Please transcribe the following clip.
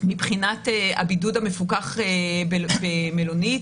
מבחינת הבידוד המפוקח במלונית,